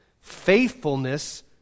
Faithfulness